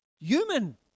human